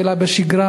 אלא בשגרה,